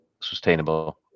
sustainable